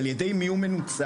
על ידי מי הוא מנוצל?